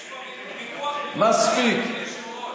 יש פה ויכוח, אדוני היושב-ראש.